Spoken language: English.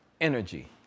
energy